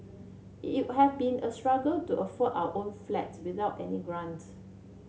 it would have been a struggle to afford our own flat without any grant